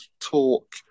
talk